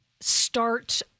start